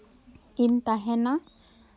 ᱠᱤᱱ ᱛᱟᱦᱮᱱᱟ